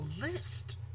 list